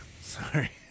Sorry